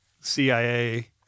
CIA